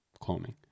cloning